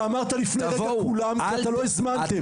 אתה אמרת לפני רגע כולם, אבל אתם לא הזמנתם.